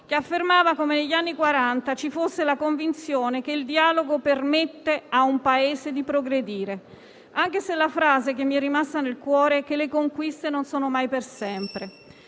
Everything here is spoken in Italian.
che ricordava come negli anni Quaranta ci fosse la convinzione che il dialogo permette a un Paese di progredire. Anche se la frase che mi è rimasta nel cuore è: le conquiste non sono mai per sempre.